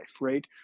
Right